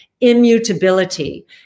immutability